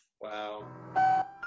Wow